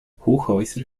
hochhäuser